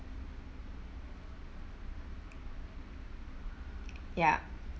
ya